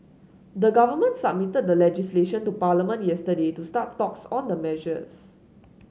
the government submitted the legislation to Parliament yesterday to start talks on the measures